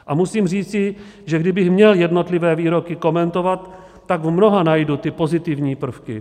A musím říci, že kdybych měl jednotlivé výroky komentovat, tak v mnohých najdu ty pozitivní prvky.